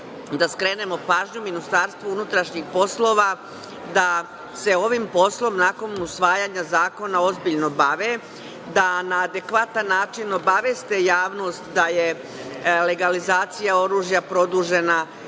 da skrenemo pažnju MUP-u da se ovim poslom nakon usvajanja zakona ozbiljno bave, da na adekvatan način obaveste javnost da je legalizacija oružja produžena